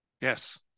Yes